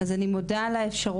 אז אני מודה על האפשרות,